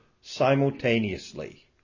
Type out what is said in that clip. simultaneously